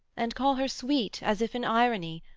and call her sweet, as if in irony,